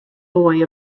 boy